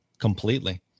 Completely